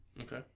Okay